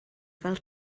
fel